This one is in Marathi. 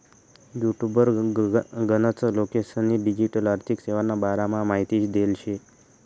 युटुबवर गनच लोकेस्नी डिजीटल आर्थिक सेवाना बारामा माहिती देल शे